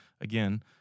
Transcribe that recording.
again